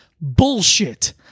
bullshit